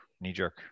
knee-jerk